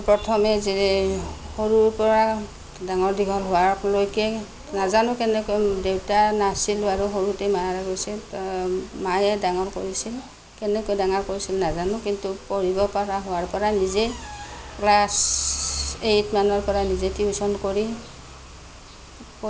মই প্ৰথমে সৰুৰ পৰা ডাঙৰ দীঘল হোৱাৰলৈকে নাজানো কেনেকৈ দেউতা নাছিল আৰু সৰুতে মায়ে কৰিছে মায়ে ডাঙৰ কৰিছে কেনেকৈ ডাঙৰ কৰিছে নাজানো কিন্তু পঢ়িব পৰা হোৱাৰ পৰা নিজে ক্লাছ এইটমানৰ পৰা নিজে টিউচন কৰি